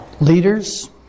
leaders